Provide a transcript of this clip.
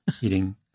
eating